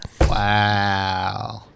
Wow